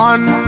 One